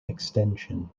extension